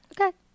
okay